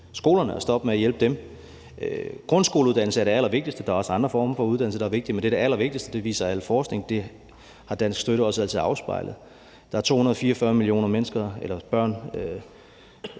skolerne og stoppe med at hjælpe dem. Grundskoleuddannelse er det allervigtigste. Der også andre former for uddannelse, der er vigtige, men det er det allervigtigste, viser al forskning, og det har dansk støtte også altid afspejlet. Der er ca. 244 millioner børn